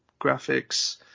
graphics